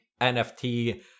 NFT